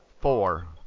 four